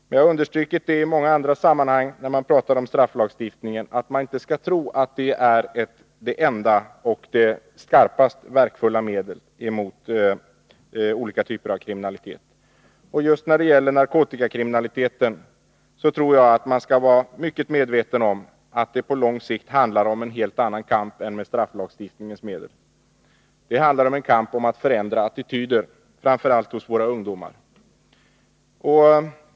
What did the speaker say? Som jag har understrukit i många andra sammanhang skall man inte tro att strafflagstiftningen är det enda eller det mest verkningsfulla medlet mot olika typer av kriminalitet. Just när det gäller narkotikakriminaliteten tror jag att man skall vara mycket medveten om att det på lång sikt handlar om en helt annan kamp än en kamp med strafflagstiftningen som hjälpmedel. Det handlar om en kamp för att förändra attityder, framför allt hos våra ungdomar.